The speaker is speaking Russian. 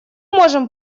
можем